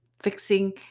fixing